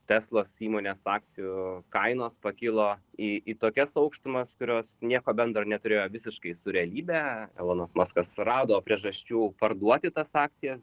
teslos įmonės akcijų kainos pakilo į į tokias aukštumas kurios nieko bendro neturėjo visiškai su realybe elonas maskas rado priežasčių parduoti tas akcijas